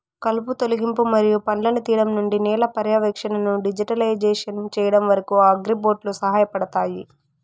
కలుపు తొలగింపు మరియు పండ్లను తీయడం నుండి నేల పర్యవేక్షణను డిజిటలైజ్ చేయడం వరకు, అగ్రిబోట్లు సహాయపడతాయి